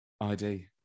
ID